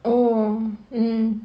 oh mm